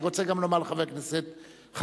אני רוצה גם לומר לחבר הכנסת חנין,